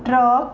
truck